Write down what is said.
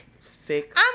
Thick